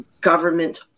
government